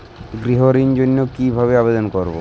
গৃহ ঋণ জন্য কি ভাবে আবেদন করব?